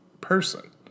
person